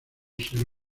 ser